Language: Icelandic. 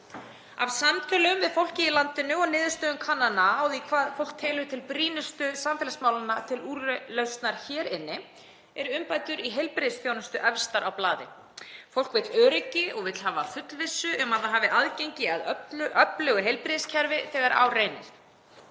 Af samtölum við fólkið í landinu og niðurstöðum kannana á því hvað fólk telur til brýnustu samfélagsmálanna til úrlausnar hér inni eru umbætur í heilbrigðisþjónustu efstar á blaði. Fólk vill öryggi og vill hafa fullvissu um að það hafi aðgengi að öflugu heilbrigðiskerfi þegar á reynir.